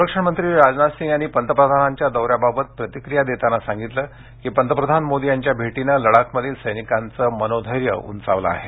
संरक्षण मंत्री राजनाथ सिंग यांनी पंतप्रधानांच्या दौऱ्याबाबत प्रतिक्रिया देताना सांगितलं की पंतप्रधान मोदी यांच्या भेटीनं लडाखमधील सैनिकांना मनोधैर्य उंचावलं आहे